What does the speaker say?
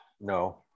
No